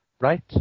right